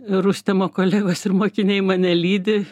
rustemo kolegos ir mokiniai mane lydi